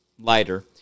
lighter